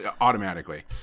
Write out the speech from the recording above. automatically